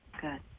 Good